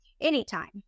anytime